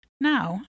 Now